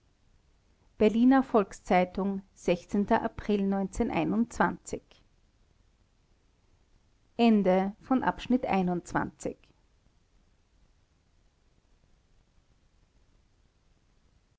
berliner volks-zeitung april